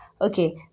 Okay